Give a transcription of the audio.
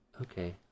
okay